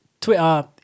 Twitter